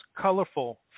colorful